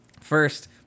first